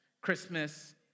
Christmas